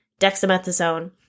dexamethasone